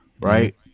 right